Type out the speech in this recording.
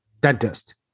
dentist